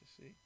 see